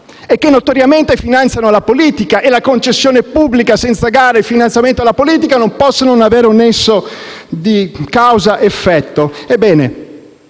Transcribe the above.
e che notoriamente finanziano la politica. E la concessione pubblica senza gara e il finanziamento alla politica non possono non avere un nesso di causa-effetto.